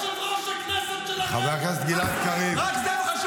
ראינו מה יושב-ראש הכנסת שלכם עשה היום.